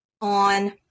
on